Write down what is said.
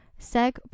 Seg